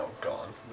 gone